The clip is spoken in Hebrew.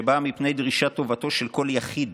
"האחדות, שבאה מפני דרישת טובתו של כל יחיד